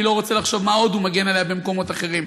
אני לא רוצה לחשוב מה עוד הוא מגן עליה במקומות אחרים.